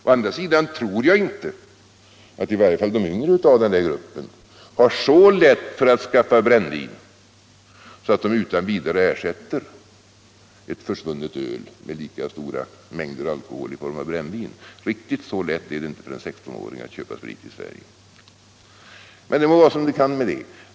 Å andra sidan tror jag inte att det i varje fall för de yngre i denna grupp är så lätt att skaffa brännvin att de utan vidare kan ersätta öl med lika stora mängder alkohol i form av brännvin. Riktigt så lätt är det inte för en yngling att köpa sprit i Sverige. Men det må vara som det kan med det.